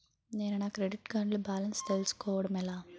నేను నా credit card లో బాలన్స్ తెలుసుకోవడం ఎలా?